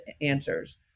answers